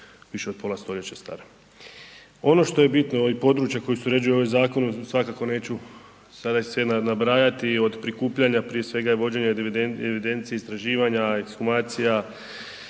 više od pola stoljeća stara. Ono što je bitno i područja koja se uređuju ovi zakonom svakako neću sada ih sve nabrajati od prikupljanja prije svega i vođenja evidencije istraživanja, ekshumacija,